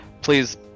Please